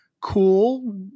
cool